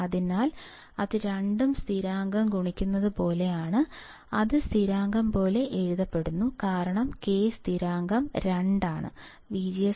അതിനാൽ അത് രണ്ട് സ്ഥിരാങ്കം ഗുണിക്കുന്നത് പോലെ ആണ് അത് സ്ഥിരാങ്കം പോലെ എഴുതപ്പെടുന്നു കാരണം k സ്ഥിരാങ്കം 2 ആണ്